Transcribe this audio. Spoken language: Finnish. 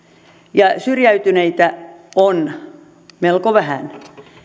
ja syrjäytyneitä on melko vähän